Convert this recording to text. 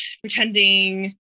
pretending